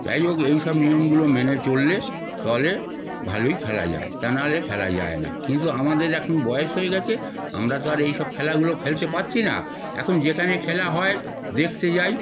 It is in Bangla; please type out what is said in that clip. যাই হোক এইসব নিয়মগুলো মেনে চললে তাহলে ভালোই খেলা যায় তা নাহলে খেলা যায় না কিন্তু আমাদের এখন বয়স হয়ে গিয়েছে আমরা তো আর এই সব খেলাগুলো খেলতে পারছি না এখন যেখানে খেলা হয় দেখতে যাই